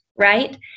Right